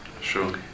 Sure